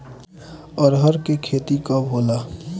अरहर के खेती कब होला?